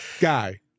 guy